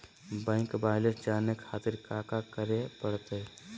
Bank balance जाने खातिर काका करे पड़तई?